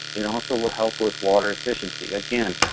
and also will help with water efficiency. again,